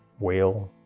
whale.